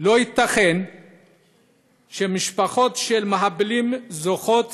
לא ייתכן שמשפחות של מחבלים זוכות